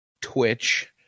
twitch